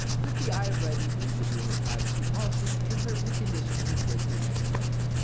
click the i have read and agreed to bluehost's privacy policy and terms and condition and click the next button.